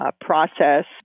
process